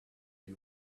you